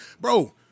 Bro